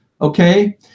Okay